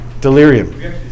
delirium